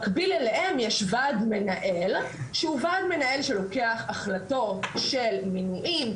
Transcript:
מקביל אליהם יש וועד מנהל שהוא וועד מנהל שלוקח החלטות של מינויים,